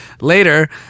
later